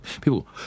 people